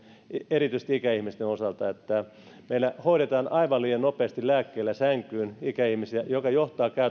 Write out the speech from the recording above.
erityisesti ikäihmisten osalta meillä hoidetaan aivan liian nopeasti lääkkeellä sänkyyn ikäihmisiä mikä johtaa käytännössä